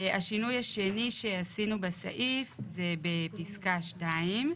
השינוי השני שעשינו בסעיף זה בפסקה 2,